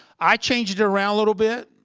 i changed it around a little bit.